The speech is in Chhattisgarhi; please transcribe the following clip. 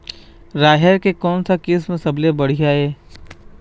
राहेर के कोन किस्म हर सबले बढ़िया ये?